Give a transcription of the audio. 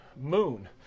moon